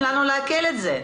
תני לנו לעכל אותם.